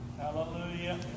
Hallelujah